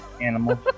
animal